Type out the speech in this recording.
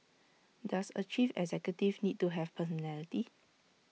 does A chief executive need to have personality